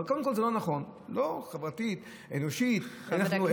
קודם כול, זה לא נכון, לא חברתית, אנושית, ערכית.